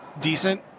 decent